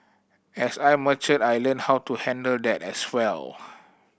as I matured I learnt how to handle that as well